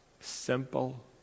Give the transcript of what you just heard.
Simple